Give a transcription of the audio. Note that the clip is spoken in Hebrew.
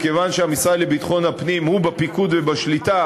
וכיוון שהמשרד לביטחון הפנים הוא בפיקוד ובשליטה,